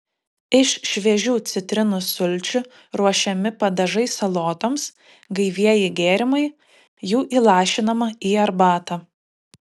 iš šviežių citrinų sulčių ruošiami padažai salotoms gaivieji gėrimai jų įlašinama į arbatą